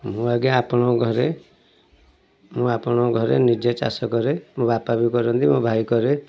ମୁଁ ଆଜ୍ଞା ଆପଣଙ୍କ ଘରେ ମୁଁ ଆପଣଙ୍କ ଘରେ ନିଜେ ଚାଷ କରେ ମୋ ବାପା ବି କରନ୍ତି ମୋ ଭାଇ କରେ